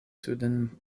suden